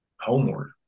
Homeward